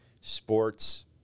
sports